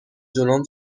جلوم